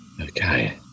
Okay